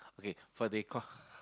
okay for the co~